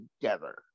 together